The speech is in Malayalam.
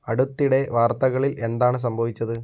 അടുത്തിടെ വാർത്തകളിൽ എന്താണ് സംഭവിച്ചത്